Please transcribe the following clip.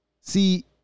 See